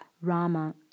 Rama